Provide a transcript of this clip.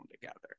together